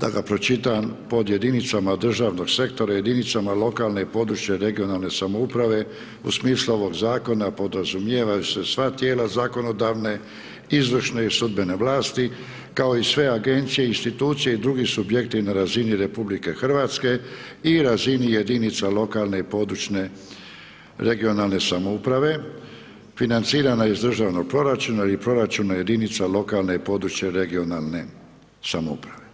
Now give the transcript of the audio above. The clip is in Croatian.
da ga pročitam, pod jedinica državnog sektora, jedinicama lokalne i područne regionalne samouprave, u smislu ovog zakona, podrazumijevaju se sva tijela zakonodavne, izvršne i sudbene vlasti, kao i sve agencije i institucije i drugi subjekti na razini RH i razini lokalne i područne regionalne samouprave financiranja iz državnog proračuna ili proračuna jedinica lokalne i područje regionalne samouprave.